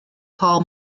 paul